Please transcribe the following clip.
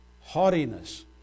haughtiness